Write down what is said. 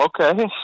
Okay